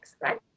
right